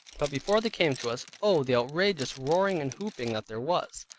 but before they came to us, oh! the outrageous roaring and hooping that there was.